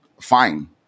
fine